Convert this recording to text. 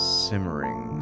simmering